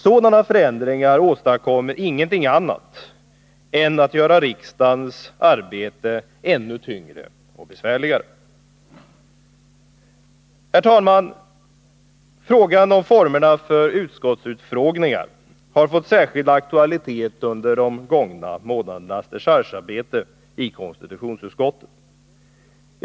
Sådana förändringar åstadkommer ingenting annat än att göra riksdagens arbete ännu tyngre och besvärligare. Herr talman! Frågan om formerna för utskottsutfrågningar har fått särskild aktualitet under de gångna månadernas dechargearbete i konstitutionsutskottet.